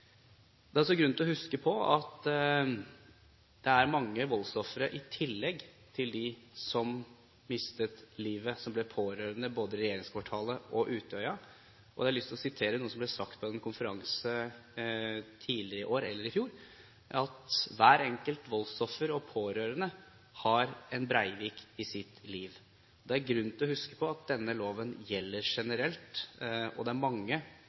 Det er også grunn til å huske på at det er mange voldsofre i tillegg til dem som mistet livet og som ble pårørende både i regjeringskvartalet og på Utøya. Jeg har lyst til å sitere noe som ble sagt på en konferanse tidligere, i år eller i fjor, om at hvert enkelt voldsoffer og pårørende har en Breivik i sitt liv. Det er grunn til å huske på at denne loven gjelder generelt, og det er mange